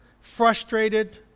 frustrated